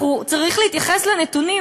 צריך להתייחס לנתונים,